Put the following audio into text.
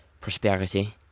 prosperity